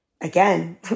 again